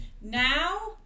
now